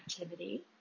activity